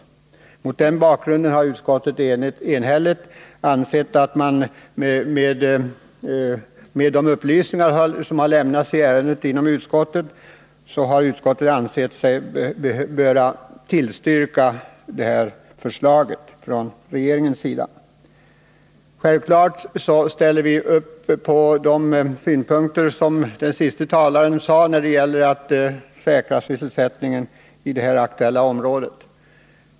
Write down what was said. Mot den bakgrunden och efter de upplysningar som har lämnats utskottet i ärendet har utskottet enhälligt ansett sig böra tillstyrka regeringens förslag. Vi ställer självfallet upp på de synpunkter om att säkra sysselsättningen i det aktuella området som den senaste talaren framförde här.